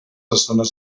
estones